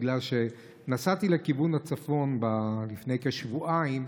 בגלל שנסעתי לכיוון הצפון לפני כשבועיים,